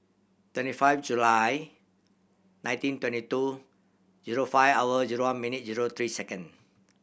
twenty five July nineteen twenty two zero five hour zero one minute zero three second